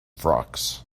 frocks